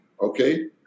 okay